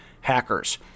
hackers